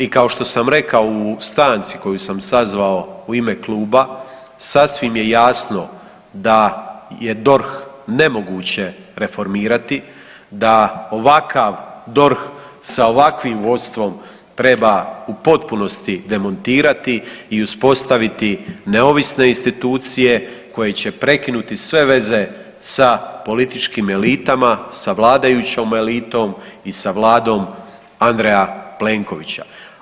I kao što sam rekao u stanci koju sam sazvao u ime kluba, sasvim je jasno da je DORH nemoguće reformirati, da ovakav DORH sa ovakvim vodstvom treba u potpunosti demontirati i uspostaviti neovisne institucije koje će prekinuti sve veze sa političkim elitama, sa vladajućom elitom i sa Vladom Andreja Plenkovića.